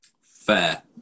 Fair